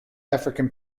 african